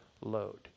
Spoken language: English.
load